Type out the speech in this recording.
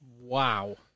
Wow